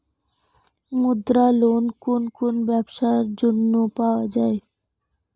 মুদ্রা লোন কোন কোন ব্যবসার জন্য পাওয়া যাবে?